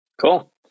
Cool